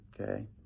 Okay